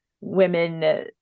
women